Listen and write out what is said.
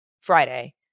friday